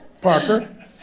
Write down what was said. parker